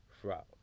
throughout